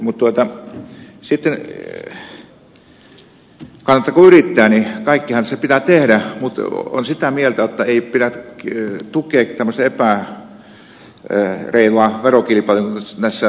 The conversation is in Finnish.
mutta sitten kannattaako yrittää niin kaikkihan tässä pitää tehdä mutta olen sitä mieltä jotta ei pidä tukea tämmöistä epäreilua verokilpailua jota näissä tapahtui